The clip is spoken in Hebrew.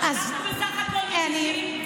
אנחנו בסך הכול מגישים.